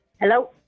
Hello